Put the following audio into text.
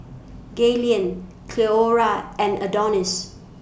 Gaylene Cleora and Adonis